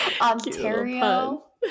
Ontario